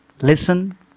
listen